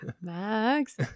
Max